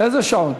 איזה שעון?